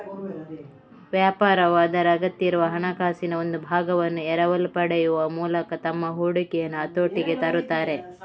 ವ್ಯಾಪಾರವು ಅದರ ಅಗತ್ಯವಿರುವ ಹಣಕಾಸಿನ ಒಂದು ಭಾಗವನ್ನು ಎರವಲು ಪಡೆಯುವ ಮೂಲಕ ತಮ್ಮ ಹೂಡಿಕೆಯನ್ನು ಹತೋಟಿಗೆ ತರುತ್ತಾರೆ